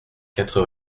quatre